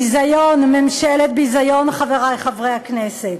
ביזיון, ממשלת ביזיון, חברי חברי הכנסת.